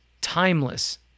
timeless